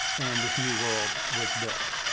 and this new world was built.